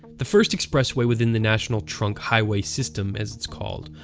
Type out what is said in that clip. the first expressway within the national trunk highway system, as it's called,